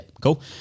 cool